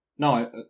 No